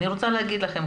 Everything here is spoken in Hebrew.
אני רוצה להגיד לכם,